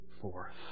forth